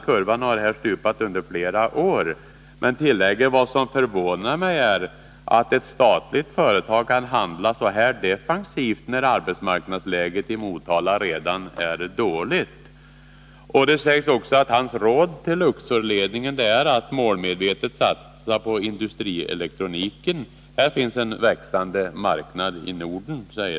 Kurvan har här stupat under flera år ———.” Och han tillägger: ”Vad som förvånar mig är att ett statligt företag kan handla så här defensivt när arbetsmarknadsläget i Motala redan är mycket dåligt.” Han säger också att hans råd till Luxorledningen är att målmedvetet satsa på industrielektronik, för här finns en växande marknad i Norden.